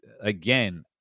again